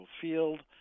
Field